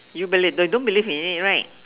you believe no you don't believe in it right